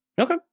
Okay